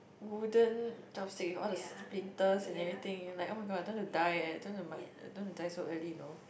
wooden chopsticks with all the splinters and everything you'll like oh-my-god I don't want to die eh I don't want to I don't want to die so early you know